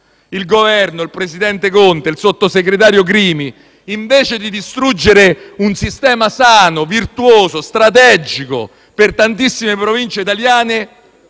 Il Governo, il presidente Conte e il sottosegretario Crimi, invece di distruggere un sistema sano, virtuoso e strategico per tantissime province italiane,